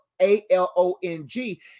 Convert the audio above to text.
A-L-O-N-G